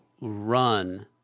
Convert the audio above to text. Run